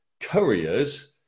courier's